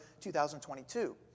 2022